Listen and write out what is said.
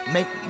Make